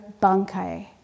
Bankai